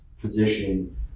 position